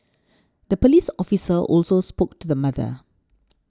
the police officer also spoke to the mother